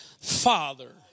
father